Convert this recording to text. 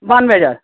बानवे हजार